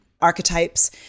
archetypes